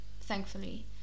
thankfully